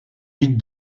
huit